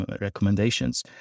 recommendations